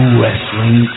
Wrestling